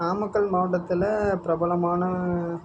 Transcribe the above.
நாமக்கல் மாவட்டத்தில் பிரபலமான